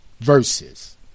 Verses